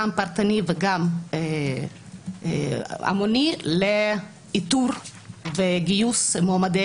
גם פרטני וגם המוני לאיתור וגיוס מועמדי